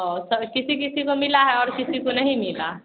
और सब किसी किसी को मिला है और किसी को नहीं मिला